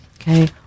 Okay